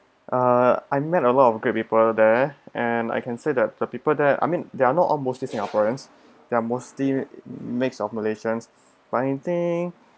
uh I met a lot of great people there and I can say that the people there that I mean they are no all mostly singaporeans they are mostly mixed of malaysians but I think